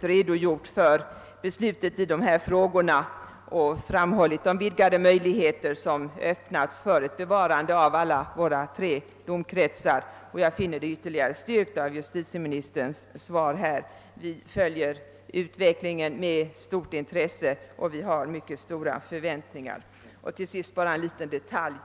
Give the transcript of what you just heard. redogjort för riksdagens beslut i denna fråga och då framhållit de vidgade möjligheter som öppnats för ett bevarande av samtliga tre domsagor, och jag finner detta ytterligare styrkt av justitieministerns svar. Vi följer utvecklingen med stort intresse och har mycket stora förväntningar. Till sist en liten detalj.